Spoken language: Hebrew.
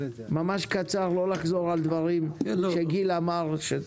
בקצרה, לא לחזור על דברים שגיל אמר.